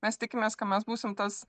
mes tikimės ka mes būsim tas